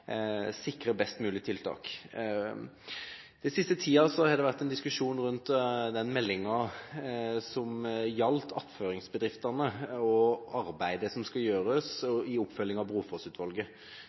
sikre best mulige tiltak. Den siste tida har det vært en diskusjon rundt den meldinga som gjaldt attføringsbedriftene, og arbeidet som skal gjøres